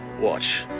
watch